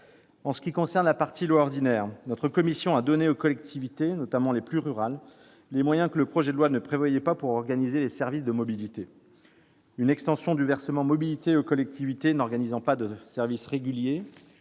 » du projet de loi, notre commission a donné aux collectivités, notamment les plus rurales, les moyens que la rédaction du Gouvernement ne prévoyait pas pour organiser les services de mobilité : une extension du versement mobilité aux collectivités n'organisant pas de services réguliers